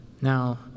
Now